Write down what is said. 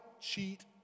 Cheat